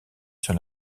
sur